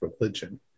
religion